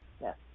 yes